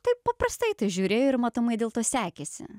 taip paprastai į tai žiūrėjo ir matomai dėl to sekėsi